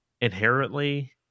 inherently